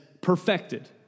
perfected